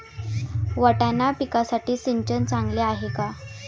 वाटाणा पिकासाठी सिंचन चांगले आहे का?